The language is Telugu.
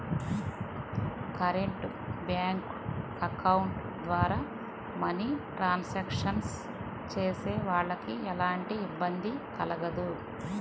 కరెంట్ బ్యేంకు అకౌంట్ ద్వారా మనీ ట్రాన్సాక్షన్స్ చేసేవాళ్ళకి ఎలాంటి ఇబ్బంది కలగదు